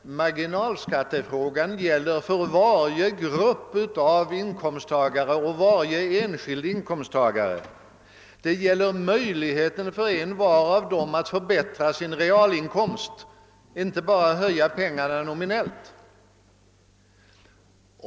Marginalskattefrågan gäller varje grupp av inkomsttagare och varje enskild inkomsttagare. Den gäller möjligheten för envar att förbättra sin realinkomst, inte bara att höja sin inkomst nominellt.